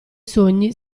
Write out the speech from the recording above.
sogni